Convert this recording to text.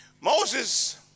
Moses